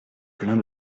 plein